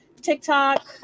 TikTok